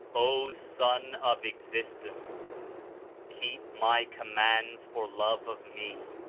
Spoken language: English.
o son of existence keep my commands for love of me,